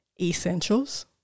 essentials